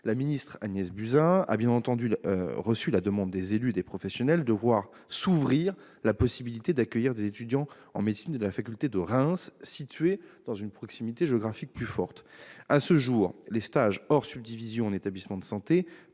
La ministre Agnès Buzyn a, bien entendu, reçu la demande des élus et des professionnels de voir s'ouvrir la possibilité d'accueillir des étudiants en médecine de la faculté de Reims, plus proche géographiquement. À ce jour, les stages hors subdivision en établissement de santé